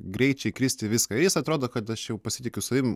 greičiai kristi viską ir jis atrodo kad aš jau pasitikiu savim